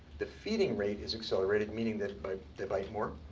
the feeding rate is accelerated, meaning that but they bite more.